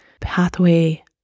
pathway